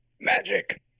Magic